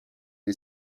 est